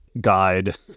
guide